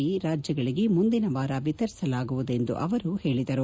ಗಳನ್ನೂ ರಾಜ್ಬಗಳಿಗೆ ಮುಂದಿನ ವಾರ ವಿತರಿಸಲಾಗುವುದು ಎಂದು ಅವರು ಹೇಳಿದರು